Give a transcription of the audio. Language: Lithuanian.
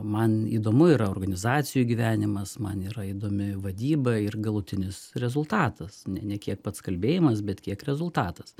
man įdomu yra organizacijų gyvenimas man yra įdomi vadyba ir galutinis rezultatas ne ne kiek pats kalbėjimas bet kiek rezultatas